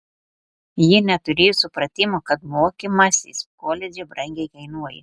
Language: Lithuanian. ji neturėjo supratimo kad mokymasis koledže brangiai kainuoja